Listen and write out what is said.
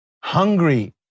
hungry